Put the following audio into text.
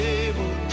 able